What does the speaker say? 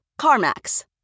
CarMax